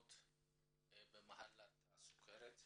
וסכנות במחלת הסוכרת,